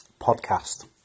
podcast